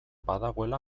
badagoela